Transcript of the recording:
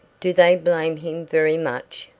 do they blame him very much?